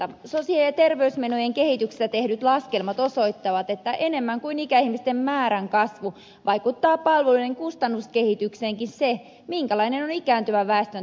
sosiaali ja terveysmenojen kehityksestä tehdyt laskelmat osoittavat että enemmän kuin ikäihmisten määrän kasvu vaikuttaa palveluiden kustannuskehitykseenkin se minkälainen on ikääntyvän väestön toimintakykyisyys